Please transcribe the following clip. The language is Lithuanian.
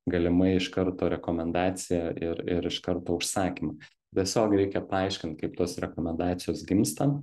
galimai iš karto rekomendaciją ir ir iš karto užsakymą tiesiog reikia paaiškint kaip tos rekomendacijos gimsta